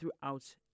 throughout